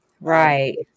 Right